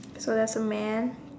so there's a man